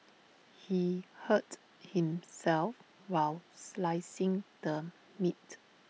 he hurt himself while slicing the meat